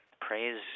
Praise